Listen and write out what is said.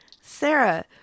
Sarah